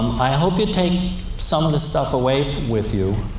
i hope you take some of this stuff away with you,